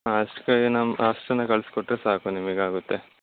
ಹಾಂ ಅಷ್ಟಕ್ಕಾಗಿ ನಮ್ಗೆ ಅಷ್ಟನ್ನು ಕಳ್ಸಿ ಕೊಟ್ಟರೆ ಸಾಕು ನಿಮ್ಗೆ ಆಗುತ್ತೆ